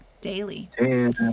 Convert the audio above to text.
daily